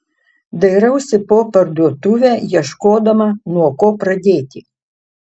dairausi po parduotuvę ieškodama nuo ko pradėti